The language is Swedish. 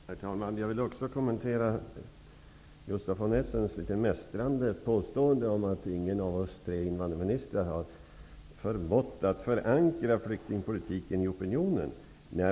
Herr talman! Också jag vill kommentera Gustaf von Essens litet mästrande påstående att ingen av oss tre invandrarministrar har förmått att förankra flyktingpolitiken i opinionen.